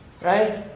right